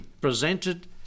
presented